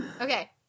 Okay